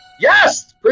Yes